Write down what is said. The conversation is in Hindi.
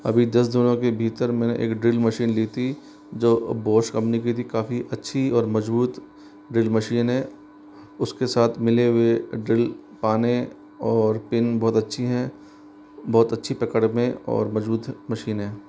अभी दस दिनों के भीतर मैंने एक ड्रिल मशीन ली थी जो बॉश कंपनी की थी काफ़ी अच्छी और मजबूत ड्रिल मशीन है उसके साथ मिले हुए ड्रिल पाने और पिन बहुत अच्छी हैं बहुत अच्छी पकड़ हैं और मजबूत मशीन है